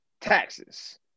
Taxes